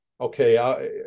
okay